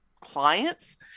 clients